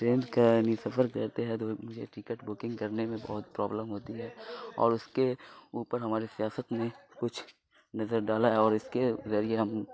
train کا یعنی سفر رہتے ہے تو مجھے ٹکٹ بکنگ کرنے میں بہت پرابلم ہوتی ہے اور اس کے اوپر ہماری سیاست میں کچھ نظر ڈالا ہے اور اس کے ذریعے ہم